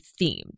themed